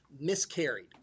miscarried